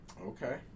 Okay